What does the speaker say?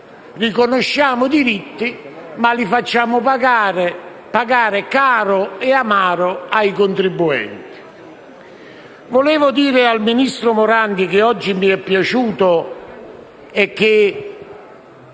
Riconosciamo diritti, ma li facciamo pagare caramente e amaramente ai contribuenti.